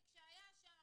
שהיה שם,